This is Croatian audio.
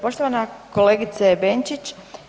Poštovana kolegice Benčić.